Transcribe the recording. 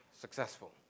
successful